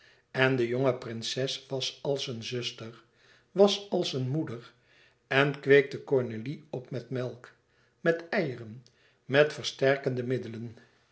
en de jonge prinses was als een zuster was als een moeder en kweekte cornélie op met melk met eieren met versterkende middelen